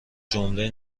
جمله